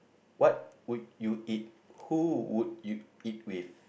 what would you eat who would you eat with